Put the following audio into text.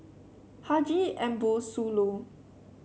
Haji Ambo Sooloh